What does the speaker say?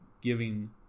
giving